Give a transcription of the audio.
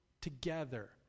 together